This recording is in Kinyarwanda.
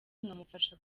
nkamufasha